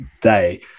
day